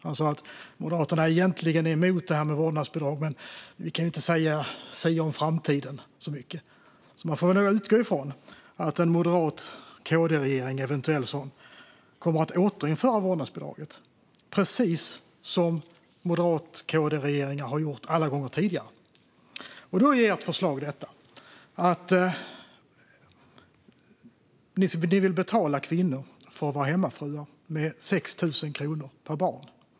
Han sa att Moderaterna egentligen är emot detta med vårdnadsbidrag men att vi inte kan sia så mycket om framtiden. Man får utgå ifrån att en eventuell M-KD-regering kommer att återinföra vårdnadsbidraget, precis som M-KD-regeringar har gjort alla gånger tidigare. Ert förslag är att ni vill betala kvinnor för att vara hemmafruar med 6 000 kronor per barn.